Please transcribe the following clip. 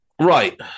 right